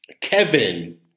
Kevin